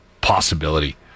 possibility